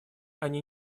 они